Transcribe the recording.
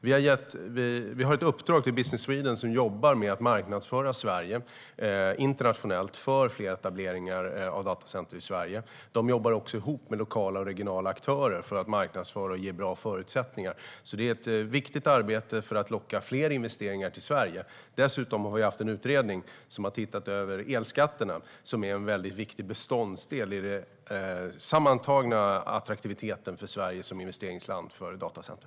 Vi har ett uppdrag till Business Sweden, som jobbar med att marknadsföra Sverige internationellt i fråga om fler etableringar av datacenter i Sverige. De jobbar också ihop med lokala och regionala aktörer för att marknadsföra och ge bra förutsättningar. Det är ett viktigt arbete för att locka fler investeringar till Sverige. Dessutom har vi haft en utredning som har tittat över elskatterna, som är en väldigt viktig beståndsdel i den sammantagna attraktiviteten för Sverige som investeringsland för datacenter.